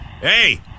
Hey